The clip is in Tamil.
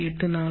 284